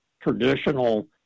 traditional